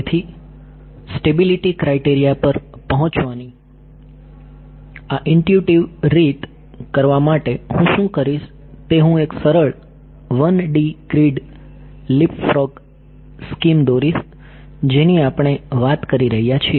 તેથી stability criteria પર પહોંચવાની આ ઇન્ટ્યુટીવ રીત કરવા માટે હું શું કરીશ તે હું એક સરળ 1D ગ્રીડ લીપફ્રોગ સ્કીમ દોરીશ જેની આપણે વાત કરી રહ્યા છીએ